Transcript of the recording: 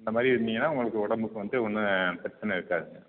இந்தமாதிரி இருந்திங்கன்னா உங்களுக்கு உடம்புக்கு வந்து ஒன்றும் பிரச்சனை இருக்காது